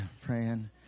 praying